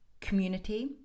community